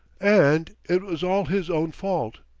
and it was all his own fault.